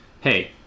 hey